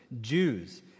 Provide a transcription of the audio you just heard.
Jews